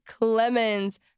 Clemens